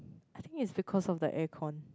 I think it's because of the air con